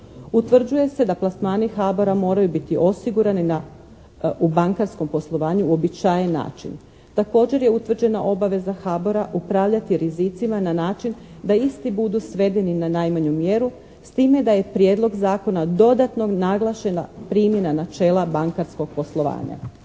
Utvrđuje se da plasmani HABOR-a moraju biti osigurani u bankarskom poslovanju na uobičajen način. Također je utvrđena obaveza HABOR-a upravljati rizicima na način da isti budu svedeni na najmanju mjeru s time da je Prijedlog zakona dodatno naglašena primjena načela bankarskog poslovanja.